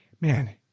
man